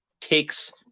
takes